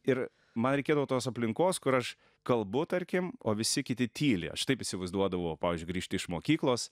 ir man reikėdavo tos aplinkos kur aš kalbu tarkim o visi kiti tyli aš taip įsivaizduodavau pavyzdžiui grįžti iš mokyklos